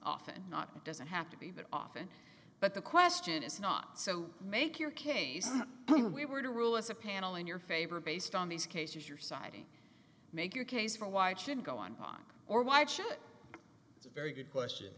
often not it doesn't have to be that often but the question is not so make your case when we were to rule as a panel in your favor based on these cases you're citing make your case for why it shouldn't go on or watch it it's a very good question